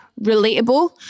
relatable